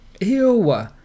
Ew